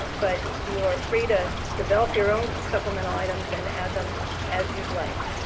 but you're free to develop your own supplemental items and add them as you'd like.